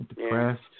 depressed